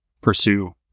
pursue